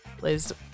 Liz